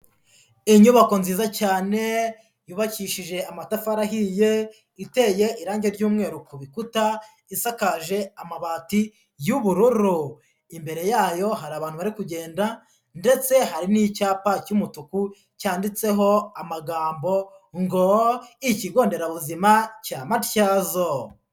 Inyubako nziza cyane yubakishije amatafari ahiye, iteye irangi ry'umweru ku bikuta, isakaje amabati y'ubururu, imbere yayo hari abantu bari kugenda ndetse hari n'icyapa cy'umutuku cyanditseho amagambo ngo ''Ikigo nderabuzima cya Matyazo.''